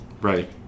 right